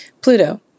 Pluto